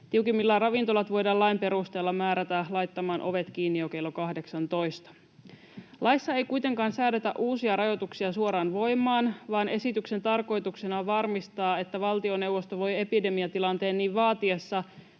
Tiukimmillaan ravintolat voidaan lain perusteella määrätä laittamaan ovet kiinni jo kello 18. Laissa ei kuitenkaan säädetä uusia rajoituksia suoraan voimaan, vaan esityksen tarkoituksena on varmistaa, että valtioneuvosto voi epidemiatilanteen niin vaatiessa